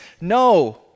No